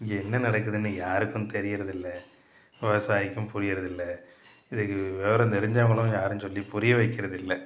இங்கே என்ன நடக்குதுனு யாருக்கு தெரியறது இல்லை விவசாயிக்கும் புரியறது இல்லை இதுக்கு விவரோ தெரிஞ்சவங்களும் யாரும் சொல்லி புரிய வைக்கிறது இல்லை